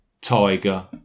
Tiger